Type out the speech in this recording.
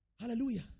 Hallelujah